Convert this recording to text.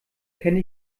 kenne